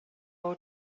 will